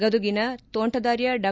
ಗದುಗಿನ ತೋಂಟದಾರ್ಯ ಡಾ